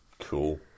cool